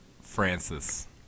Francis